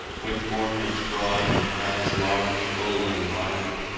with foreheads broad, and eyes large, full and mild,